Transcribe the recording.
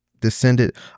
descended